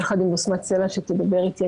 ביחד עם בשמת סלע שתדבר אחריי,